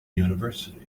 university